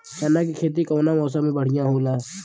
चना के खेती कउना मौसम मे बढ़ियां होला?